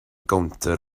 gownter